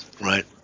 right